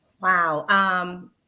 Wow